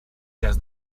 cas